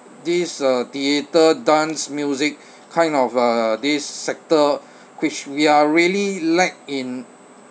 this uh theatre dance music kind of uh this sector which we are really lack in